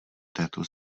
této